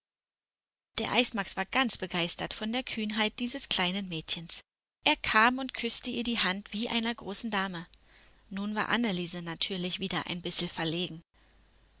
der eismax war ganz begeistert von der kühnheit dieses kleinen mädchens er kam und küßte ihr die hand wie einer großen dame nun war anneliese natürlich wieder ein bissel verlegen